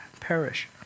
perish